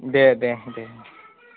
दे दे दे